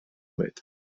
symud